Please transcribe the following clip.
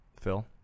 Phil